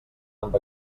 amb